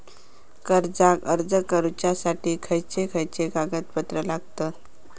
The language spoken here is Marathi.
कर्जाक अर्ज करुच्यासाठी खयचे खयचे कागदपत्र लागतत